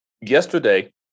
yesterday